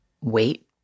wait